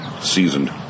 seasoned